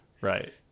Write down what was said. Right